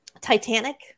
Titanic